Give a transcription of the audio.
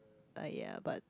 !aiya! but